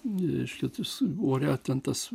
reiškia tas ore ten tas